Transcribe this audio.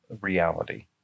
reality